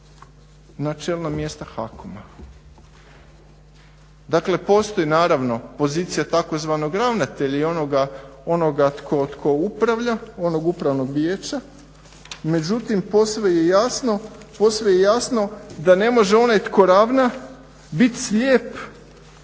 načelna mjesta HAKOM-a. Dakle postoji naravno pozicija tzv. ravnatelja i onoga tko upravlja, onog upravnog vijeća. Međutim posve je jasno da ne može onaj tko ravna bit slijep